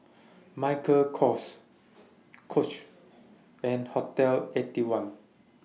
Michael Kors Coach and Hotel Eighty One